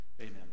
Amen